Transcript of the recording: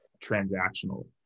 transactional